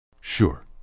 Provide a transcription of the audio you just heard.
Sure